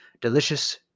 delicious